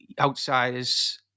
outsiders